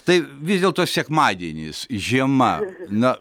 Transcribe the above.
tai vis dėlto sekmadienis žiema na